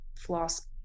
floss